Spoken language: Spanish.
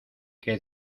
que